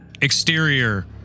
exterior